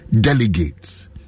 delegates